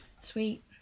sweet